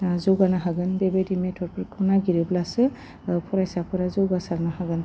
जौगानो हागोन बेबायदि मेट्दफोरखौ नागिरोब्लासो फरायसाफोरा जौगासारनो हागोन